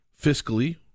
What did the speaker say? fiscally